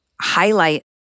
highlight